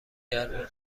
گرمه